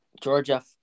Georgia